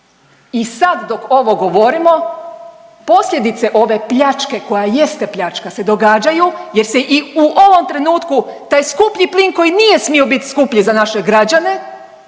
I sad dok ovo govorimo posljedice ove pljačke koja jeste pljačka se događaju, jer se i u ovom trenutku taj skuplji plin koji nije smio biti skuplji za naše građane